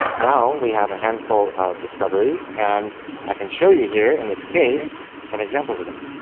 now we have a handful of discoveries, and i can show you here in this case some examples of them.